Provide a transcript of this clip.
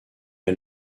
est